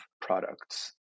products